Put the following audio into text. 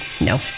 No